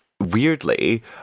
weirdly